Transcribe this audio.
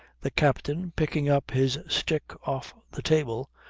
the captain, picking up his stick off the table,